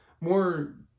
more